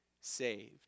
saved